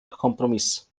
kompromiss